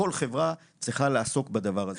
כל חברה צריכה לעסוק בדבר הזה,